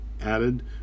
added